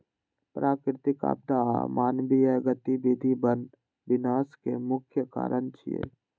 प्राकृतिक आपदा आ मानवीय गतिविधि वन विनाश के मुख्य कारण छियै